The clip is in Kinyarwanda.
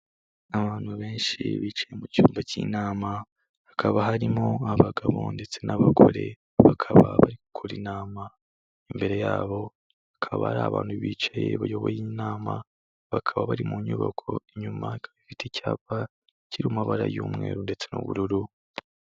Abantu benshi bicaye mu cyumba cy'inama , hakaba harimo abagabo ndetse n'abagore bakaba bari gukora inama, imbere yabo akaba ari abantu bicaye bayoboye inama, bakaba bari mu nyubako inyuma ikaba ifite icyapa cy'amabara y'umweru ndetse n'ubururu.